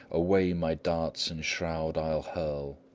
away my darts and shroud i'll hurl.